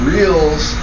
Reels